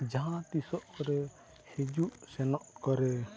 ᱡᱟᱦᱟᱸ ᱛᱤᱥᱚᱜ ᱠᱚᱨᱮ ᱦᱤᱡᱩᱜ ᱥᱮᱱᱚᱜ ᱠᱚᱨᱮ